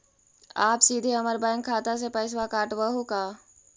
आप सीधे हमर बैंक खाता से पैसवा काटवहु का?